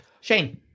Shane